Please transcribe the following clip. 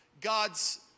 God's